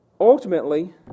ultimately